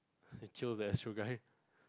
jio the astro guy